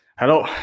hello.